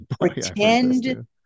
pretend